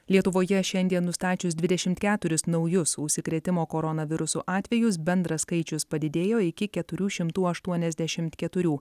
lietuvoje šiandien nustačius dvidešimt keturis naujus užsikrėtimo koronavirusu atvejus bendras skaičius padidėjo iki keturių šimtų aštuoniasdešimt keturių